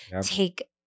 take